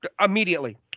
immediately